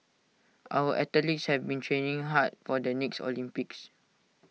our athletes have been training hard for the next Olympics